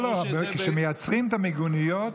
לא, כשמייצרים את המיגוניות,